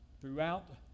throughout